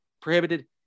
prohibited